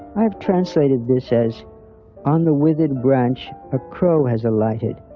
i have translated this as on the withered branch a crow has alighted.